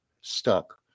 stuck